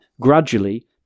gradually